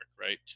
right